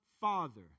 Father